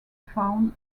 found